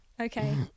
Okay